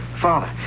Father